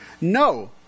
No